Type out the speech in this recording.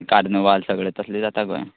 Cornwall सगळें तसलें जाता गोंयां